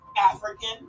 African